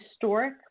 historic